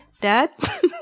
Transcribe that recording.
Dad